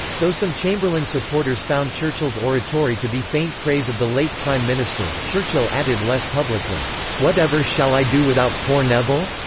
though some chamberlain supporters found churchill's oratory to be faint praise of the late prime minister, churchill added less publicly, whatever shall i do without poor neville?